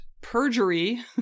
perjury